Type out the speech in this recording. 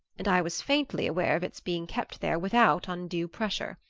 and i was faintly aware of its being kept there without undue pressure.